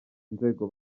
inzego